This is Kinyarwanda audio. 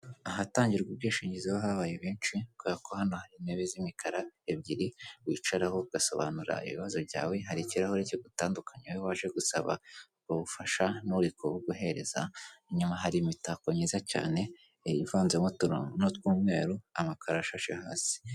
Ahatangirwa ubwishingizi habaye benshi kubera ko hano hari intebe z'imikara ebyiri wicaraho ugasobanura ibibazo byawe, hari ikirahuri kigutandukanya wowe waje gusaba ubufasha n'uri kubuguhereza, inyuma hari imitako myiza cyane ivanzemo uturongo ni utw'umweru, amakaro ashashe hasi.